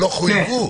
שלא חויבו,